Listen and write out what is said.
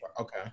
Okay